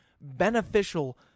beneficial